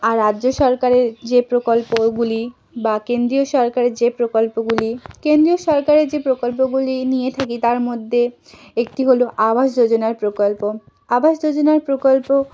আর রাজ্য সরকারের যে প্রকল্পগুলি বা কেন্দ্রীয় সরকারের যে প্রকল্পগুলি কেন্দ্রীয় সরকারের যে প্রকল্পগুলি নিয়ে থাকি তার মধ্যে একটি হলো আবাস যোজনার প্রকল্প আবাস যোজনার প্রকল্প